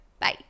Bye